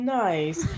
nice